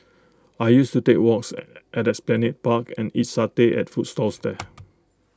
I used to take walks at esplanade park and eat satay at food stalls here